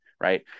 right